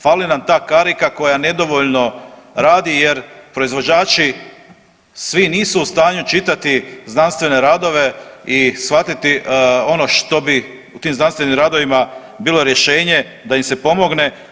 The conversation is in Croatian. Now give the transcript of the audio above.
Fali nam ta karika koja nedovoljno radi jer proizvođači svi nisu u stanju čitati znanstvene radove i shvatiti ono što bi u tim znanstvenim radovima bilo rješenje da im se pomogne.